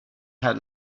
had